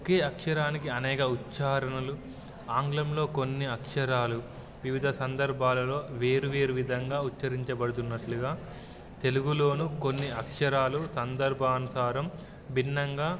ఒకే అక్షరానికి అనేక ఉచ్చారణలు ఆంగ్లంలో కొన్ని అక్షరాలు వివిధ సందర్భాలలో వేరువేరు విధంగా ఉచ్చరించబడుతున్నట్లుగా తెలుగులోనూ కొన్ని అక్షరాలు సందర్భానుసారం భిన్నంగా